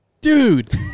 Dude